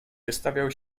wystawiał